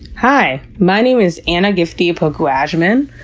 hi. my name is anna gifty opoku-agyeman.